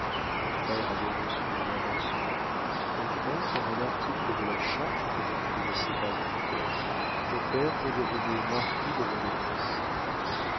mon frère avait reçu de l'avancement enfin par un article de la charte que je ne connaissais pas encore mon père redevenait marquis de